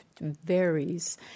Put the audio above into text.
varies